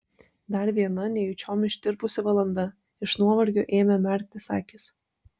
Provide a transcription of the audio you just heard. dar viena nejučiom ištirpusi valanda iš nuovargio ėmė merktis akys